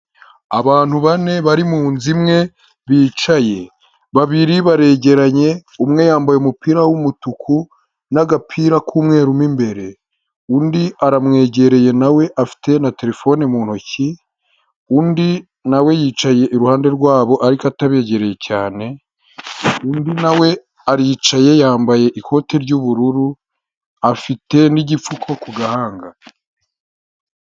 Abantu bane bari muzu imwe bicaye babiri baregeranye umwe yambaye umupira w'umutuku n'agapira k'umweru mo imbere undi aramwegereye nawe afite na terefone mu ntoki undi nawe yicaye iruhande rwabo ariko atabegereye cyane undi na aricaye yambaye ikote ry'ubururu afite n'igipfuko ku gahanga.